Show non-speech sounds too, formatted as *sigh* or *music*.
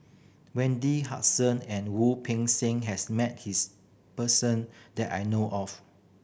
Wendy *unintelligible* and Wu Peng Seng has met this person that I know of